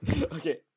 Okay